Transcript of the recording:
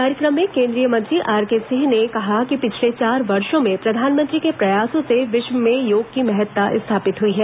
कार्यक्रम में कोन्द्रीय मंत्री आरकेसिंह ने कहा कि पिछले चार वर्षो में प्रधानमंत्री के प्रयासों से विश्व में योग की महत्ता स्थापित हई है